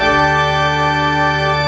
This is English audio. and